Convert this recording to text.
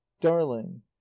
Darling